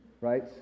right